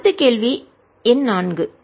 அடுத்த கேள்வி எண் நான்கு